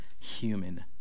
human